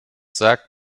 sagt